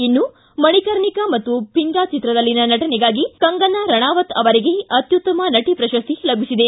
ಇನ್ನೂ ಮಣಿಕರ್ಣಿಕಾ ಮತ್ತು ಪಿಂಗಾ ಚಿತ್ರದಲ್ಲಿನ ನಟನೆಗಾಗಿ ಕಂಗನಾ ರಣಾವತ್ ಅವರಿಗೆ ಅತ್ಯುತ್ತಮ ನಟಿ ಪ್ರಶಸ್ತಿ ಲಭಿಸಿದೆ